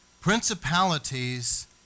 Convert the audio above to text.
Principalities